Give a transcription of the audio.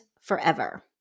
forever